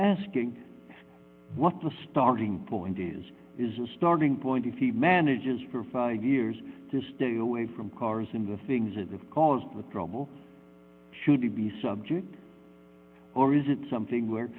asking what the starting point is is a starting point if he manages for five years to stay away from cars in the things that have caused the trouble should he be subject or is it something where